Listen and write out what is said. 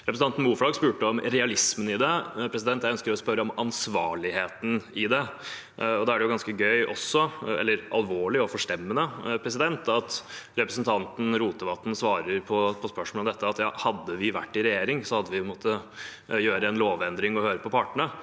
Representanten Moflag spurte om realismen i det. Jeg ønsker å spørre om ansvarligheten i det. Da er det også ganske gøy, eller egentlig alvorlig og forstemmende, at representanten Rotevatn svarer på spørsmål om dette at hadde de vært i regjering, hadde de måttet gjøre en lovendring og høre på partene.